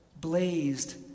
blazed